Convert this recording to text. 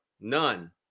None